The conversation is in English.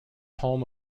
home